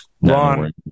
Ron